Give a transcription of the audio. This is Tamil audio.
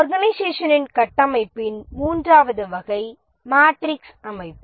ஆர்கனைசேஷனின் கட்டமைப்பின் மூன்றாவது வகை மேட்ரிக்ஸ் அமைப்பு